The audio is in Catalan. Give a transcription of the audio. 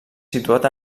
situat